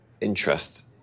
interest